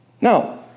Now